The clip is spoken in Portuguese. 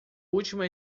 última